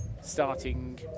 starting